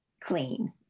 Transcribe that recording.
clean